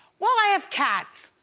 well, i have cats.